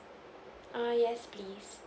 err yes please